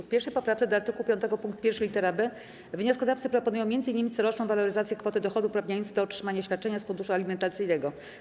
W 1. poprawce do art. 5 pkt 1 lit. b wnioskodawcy proponują m.in. coroczną waloryzację kwoty dochodu uprawniającej do otrzymania świadczenia z funduszu alimentacyjnego.